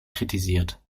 kritisiert